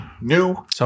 New